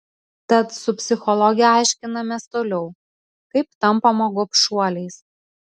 tad su psichologe aiškinamės toliau kaip tampama gobšuoliais